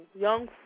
young